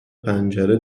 پنجره